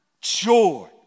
Joy